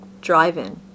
drive-in